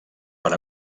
per